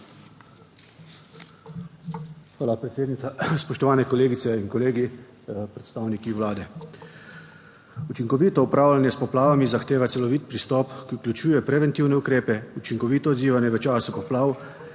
Hvala, predsednica. Spoštovani kolegice in kolegi, predstavniki Vlade! Učinkovito upravljanje s poplavami zahteva celovit pristop, ki vključuje preventivne ukrepe, učinkovito odzivanje v času poplav